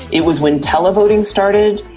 it was when televoting started,